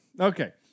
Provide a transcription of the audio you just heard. Okay